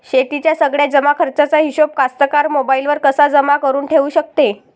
शेतीच्या सगळ्या जमाखर्चाचा हिशोब कास्तकार मोबाईलवर कसा जमा करुन ठेऊ शकते?